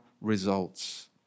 results